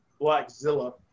Blackzilla